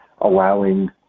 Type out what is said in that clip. allowing